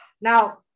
Now